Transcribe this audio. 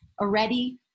already